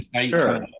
Sure